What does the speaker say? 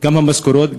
גם המשכורות,